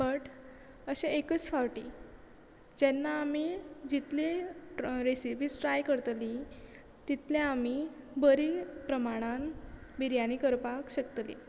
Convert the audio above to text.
but अशे एकच फावटी जेन्ना आमी जितली रेसिपीज ट्राय करतली तितले आमी बरी प्रमाणान बिरयानी करपाक शकतली